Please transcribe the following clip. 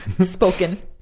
spoken